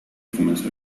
comenzó